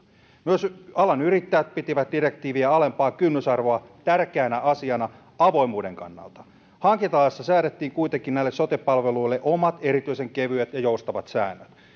myös alan yrittäjät pitivät direktiiviä alempaa kynnysarvoa tärkeänä asiana avoimuuden kannalta hankintalaissa säädettiin kuitenkin näille sote palveluille omat erityisen kevyet ja joustavat säännöt